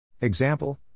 Example